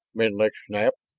menlik snapped.